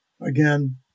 Again